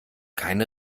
keine